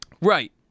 Right